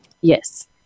Yes